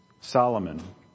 Solomon